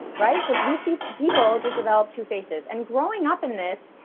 right, so these people people just developed two faces and growing up in this,